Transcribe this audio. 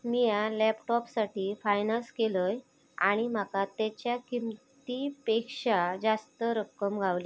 मिया लॅपटॉपसाठी फायनांस केलंय आणि माका तेच्या किंमतेपेक्षा जास्तीची रक्कम गावली